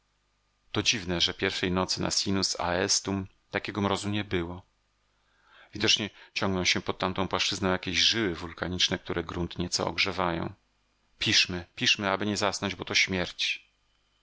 to dziwne że pierwszej nocy na sinus aestuum takiego mrozu nie było widocznie ciągną się pod tamtą płaszczyzną jakieś żyły wulkaniczne które grunt nieco ogrzewają piszmy piszmy aby nie zasnąć bo to śmierć